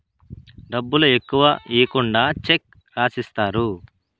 డబ్బులు ఎక్కువ ఈకుండా చెక్ రాసిత్తారు